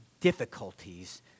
difficulties